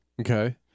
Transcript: Okay